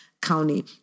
County